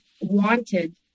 wanted